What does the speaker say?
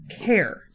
care